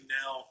now